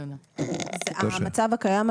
המצב הקיים,